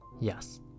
Yes